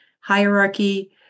hierarchy